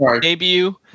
debut